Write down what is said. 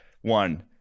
One